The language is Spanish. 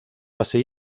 así